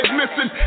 missing